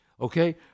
okay